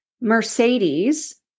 Mercedes